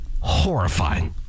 horrifying